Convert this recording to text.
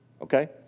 okay